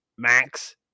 Max